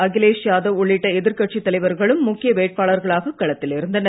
அகிலேஷ் யாதவ் உள்ளிட்ட எதிர்கட்சித் தலைவர்களும் முக்கிய வேட்பாளர்களாகக் களத்தில் இருந்தனர்